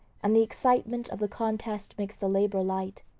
and the excitement of the contest makes the labor light.